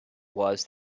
was